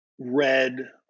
red